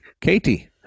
Katie